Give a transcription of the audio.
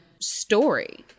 story